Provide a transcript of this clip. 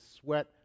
sweat